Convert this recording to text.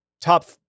Top